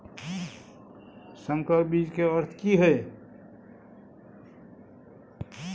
संकर बीज के अर्थ की हैय?